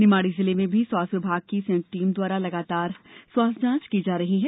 निवाड़ी जिले में भी स्वास्थ्य विभाग की संयुक्त टीम द्वारा लगातार स्वास्थ्य जांच की जा रही है